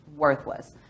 worthless